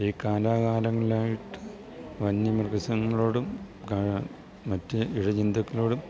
ഈ കലാകാലങ്ങളിലായിട്ടു വന്യ വികസനങ്ങളോടും മറ്റു ഇഴജന്തുക്കളോടും